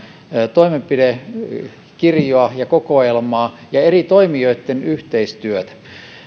toimenpidekirjoa ja kokoelmaa ja eri toimijoitten yhteistyötä